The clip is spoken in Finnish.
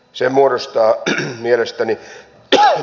se muodostaa mielestäni ytimen